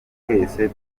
twese